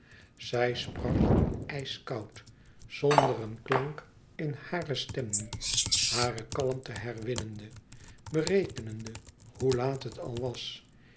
zij sprak ijskoud zonder een klank in hare stem nu hare kalmte herwinnende berekenende hoe laat het al was